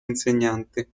insegnante